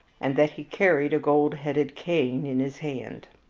and that he carried a gold-headed cane in his hand.